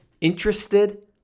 interested